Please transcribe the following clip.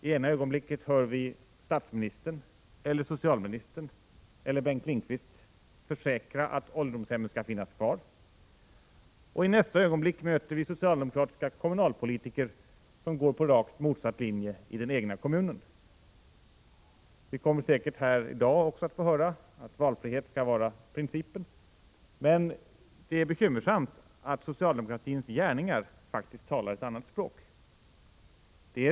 I ena ögonblicket hör vi statsministern eller socialministern eller Bengt Lindqvist försäkra att ålderdomshemmen skall finnas kvar, och i nästa ögonblick möter vi socialdemokratiska kommunalpolitiker som går på rakt motsatt linje i den egna kommunen. Vi kommer säkert också här i dag att få höra att valfrihet skall vara principen. Men det är bekymmersamt att socialdemokratins gärningar faktiskt talar ett annat språk.